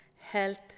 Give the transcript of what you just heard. health